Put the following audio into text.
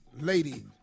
lady